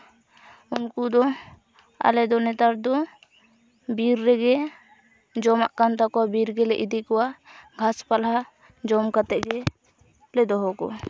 ᱩᱱᱠᱩ ᱫᱚ ᱟᱞᱮ ᱫᱚ ᱱᱮᱛᱟᱨ ᱫᱚ ᱵᱤᱨ ᱨᱮᱜᱮ ᱡᱚᱢᱟᱜ ᱠᱟᱱ ᱛᱟᱠᱚᱣᱟ ᱵᱤᱨ ᱜᱮᱞᱮ ᱤᱫᱤ ᱠᱚᱣᱟ ᱜᱷᱟᱸᱥ ᱯᱟᱞᱦᱟ ᱡᱚᱢ ᱠᱟᱛᱮᱫ ᱜᱮᱞᱮ ᱫᱚᱦᱚ ᱠᱚᱣᱟ